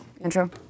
Intro